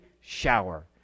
shower